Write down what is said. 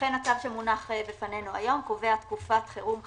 לכן הצו שמונח בפנינו היום קובע תקופת חירום חדשה,